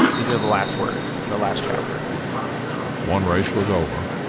these are the last words in the last chapter one race was over,